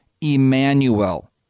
Emmanuel